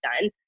done